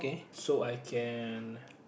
so I can